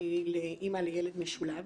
אימא לילד משולב